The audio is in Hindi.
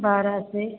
बारह से